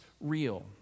real